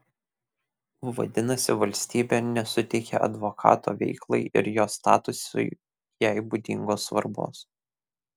vadinasi valstybė nesuteikia advokato veiklai ir jo statusui jai būdingos svarbos